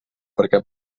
perquè